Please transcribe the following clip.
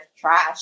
trash